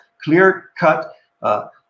clear-cut